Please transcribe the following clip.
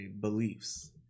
beliefs